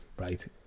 right